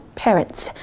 parents 。